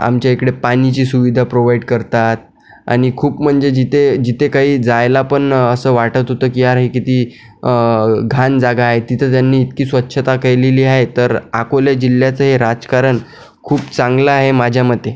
आमच्या इकडे पाणीची सुविधा प्रोवाईड करतात आणि खूप म्हणजे जिथे जिथे काही जायला पण असं वाटत होतं की यार हे किती घाण जागा आहे तिथं त्यांनी इतकी स्वच्छता केलेली आहे तर अकोला जिल्ह्याचे राजकारण खूप चांगलं आहे माझ्या मते